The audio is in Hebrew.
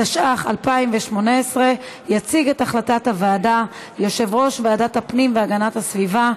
התשע"ח 2018. יציג את החלטת הוועדה יושב-ראש ועדת הפנים והגנת הסביבה.